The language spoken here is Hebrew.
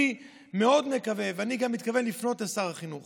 אני מאוד מקווה, ואני גם מתכוון לפנות לשר החינוך